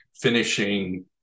finishing